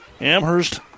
Amherst